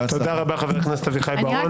תודה רבה, חבר הכנסת אביחי בוארון.